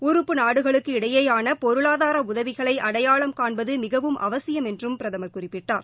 உறுப்பு நாடுகளுக்கு இடையேயான பொருளாதார உதவிகளை அடையாளம் காண்பது மிகவும் அவசியம் என்றும் பிரதமர் குறிப்பிட்டார்